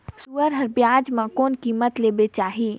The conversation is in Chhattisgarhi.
सुअर हर बजार मां कोन कीमत ले बेचाही?